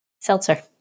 Seltzer